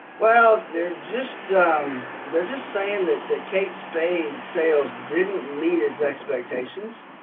well they're just they're just saying that the kate spade sales didn't meet his expectations.